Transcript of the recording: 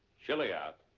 chilly out.